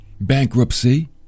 bankruptcy